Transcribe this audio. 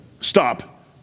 Stop